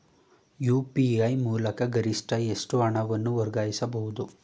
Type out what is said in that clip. UPI ಮೂಲಕ ಗರಿಷ್ಠ ಎಷ್ಟು ಹಣವನ್ನು ವರ್ಗಾಯಿಸಬಹುದು?